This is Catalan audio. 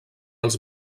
als